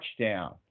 touchdown